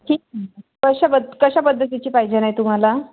ठीक कशा ब कशा पद्धतीची पाहिजे नाही तुम्हाला